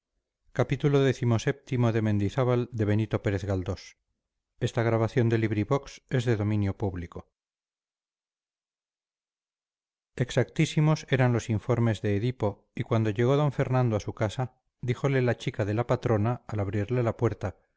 miguel de cervantes exactísimos eran los informes de edipo y cuando llegó d fernando a su casa díjole la chica de la patrona al abrirle la puerta